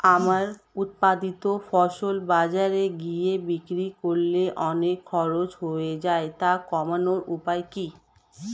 আমার উৎপাদিত ফসল বাজারে গিয়ে বিক্রি করলে অনেক খরচ হয়ে যায় তা কমানোর উপায় কি?